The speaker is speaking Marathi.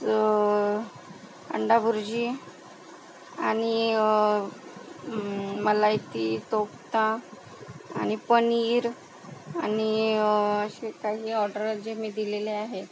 अंडा बुर्जी आणि मलाइकी कोप्ता आणि पनीर आणि अशी काही ऑर्डर आहे जी मी दिलेली आहे